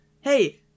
hey